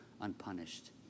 unpunished